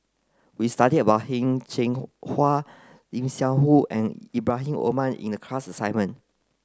we studied about Heng Cheng Hwa Lim Seok Hui and Ibrahim Omar in the class assignment